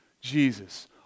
Jesus